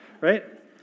right